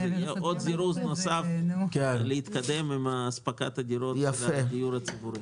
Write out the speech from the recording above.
זה יהיה זירוז נוסף להתקדם עם אספקת הדירות לדיור הציבורי.